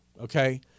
Okay